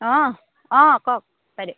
অঁ অঁ কওক বাইদেউ